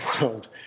world